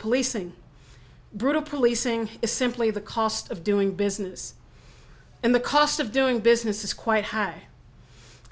policing brutal policing is simply the cost of doing business and the cost of doing business is quite high